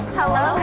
Hello